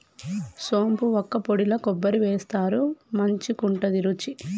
సోంపు వక్కపొడిల కొబ్బరి వేస్తారు మంచికుంటది రుచి